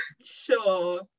sure